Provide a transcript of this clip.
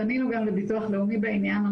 פנינו גם לביטוח לאומי בעניין.